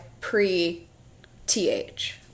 pre-TH